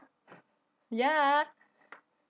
ya